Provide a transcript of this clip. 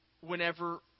whenever